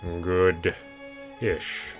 Good-ish